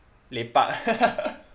lepak